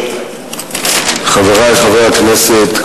חברי חברי הכנסת,